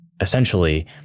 essentially